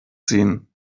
ziehen